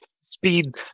speed